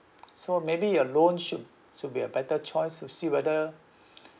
so maybe a loan should should be a better choice to see whether